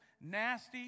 nasty